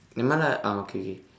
nevermind lah ah okay okay